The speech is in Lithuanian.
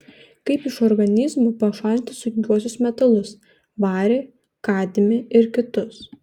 kaip iš organizmo pašalinti sunkiuosius metalus varį kadmį ir kitus